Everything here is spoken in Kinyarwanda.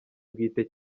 bwite